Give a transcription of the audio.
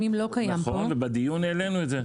נכון, ובדיון העלינו את זה.